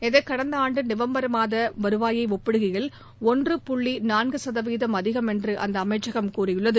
இது கடந்த ஆண்டு நவம்பர் மாத வருவாயை ஒப்பிடுகையில் ஒன்று புள்ளி நான்கு சதவீதம் அதிகம் என்று அந்த அமைச்சகம் கூறியுள்ளது